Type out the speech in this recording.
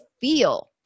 feel